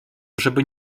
żeby